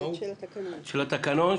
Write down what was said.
של התקנון,